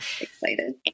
Excited